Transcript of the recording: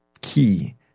key